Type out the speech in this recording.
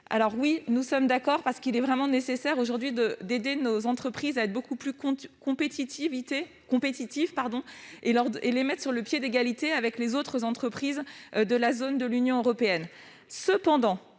approuvons ces mesures, car il est vraiment nécessaire, aujourd'hui, d'aider nos entreprises à être beaucoup plus compétitives et de les mettre sur un pied d'égalité avec les autres entreprises de l'Union européenne.